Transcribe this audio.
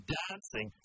dancing